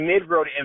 mid-road